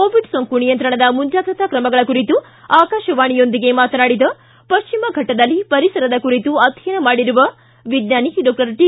Covid ಸೋಂಕು ನಿಯಂತ್ರಣದ ಮುಂಜಾಗ್ರತಾ ಕ್ರಮಗಳ ಕುರಿತು ಆಕಾಶವಾಣಿಯೊಂದಿಗೆ ಮಾತನಾಡಿದ ಪಶ್ಚಿಮಘಟ್ಟದಲ್ಲಿ ಪರಿಸರದ ಕುರಿತು ಅಧ್ಯಯನ ಮಾಡಿರುವ ವಿಜ್ವಾನಿ ಡಾಕ್ಟರ್ ಟಿ